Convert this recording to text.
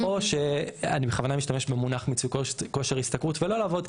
או שאני בכוונה משתמש במונח מיצוי כושר השתכרות ולא לעבוד,